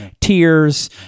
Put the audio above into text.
tears